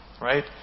right